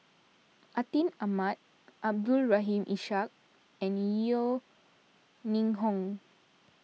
Atin Amat Abdul Rahim Ishak and Yeo Ning Hong